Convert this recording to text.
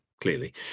clearly